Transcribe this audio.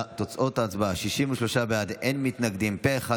תוצאות ההצבעה: 63 בעד, אין מתנגדים, פה אחד.